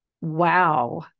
Wow